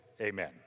Amen